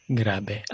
grabe